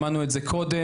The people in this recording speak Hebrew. שמענו את זה קודם.